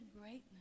greatness